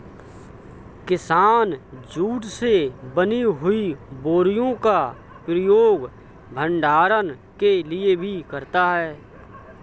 किसान जूट से बनी हुई बोरियों का प्रयोग भंडारण के लिए भी करता है